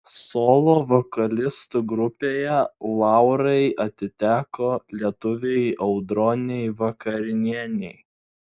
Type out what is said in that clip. solo vokalistų grupėje laurai atiteko lietuvei audronei vakarinienei